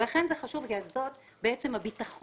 לכן זה חשוב כי זה בעצם הביטחון,